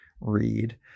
read